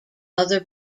other